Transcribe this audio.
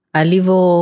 alivo